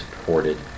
supported